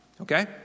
Okay